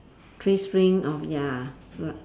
three string of ya l~